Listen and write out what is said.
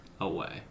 Away